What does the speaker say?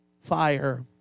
fire